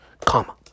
comma